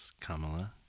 Kamala